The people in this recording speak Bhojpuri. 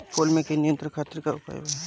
फूल में कीट नियंत्रण खातिर का उपाय बा?